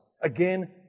Again